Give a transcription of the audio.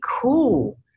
cool